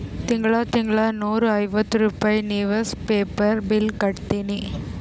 ತಿಂಗಳಾ ತಿಂಗಳಾ ನೂರಾ ಐವತ್ತ ರೂಪೆ ನಿವ್ಸ್ ಪೇಪರ್ ಬಿಲ್ ಕಟ್ಟತ್ತಿನಿ